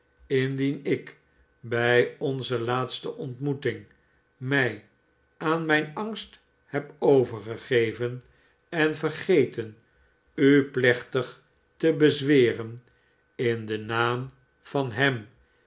indien ik bij onze laatste onrmoeting mij aan mijn angst heb overgegeven en vergeten u plechtig te bezweren in den naam van hem